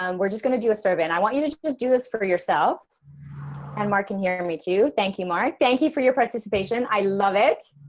um we're just gonna do a survey and i want you to just just do this for yourself and mark can hear and me too. thank you, mark thank you for your participation. i love it.